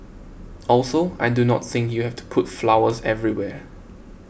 also I do not think you have to put flowers everywhere